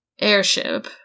airship